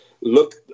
look